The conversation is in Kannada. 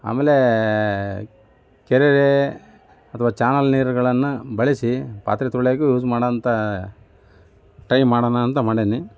ಆಮೇಲೆ ಕೆರೆ ಅಥವಾ ಚಾನಲ್ ನೀರುಗಳನ್ನು ಬಳಸಿ ಪಾತ್ರೆ ತೊಳಿಯೋಕ್ಕೆ ಯೂಸ್ ಮಾಡೋವಂಥ ಟ್ರೈ ಮಾಡೋಣ ಅಂತ ಮಾಡೀನಿ